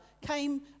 came